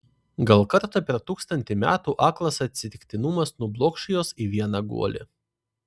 gal kartą per tūkstantį metų aklas atsitiktinumas nublokš juos į vieną guolį